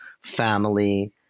family